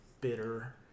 bitter